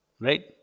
right